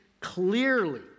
clearly